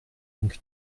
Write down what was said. donc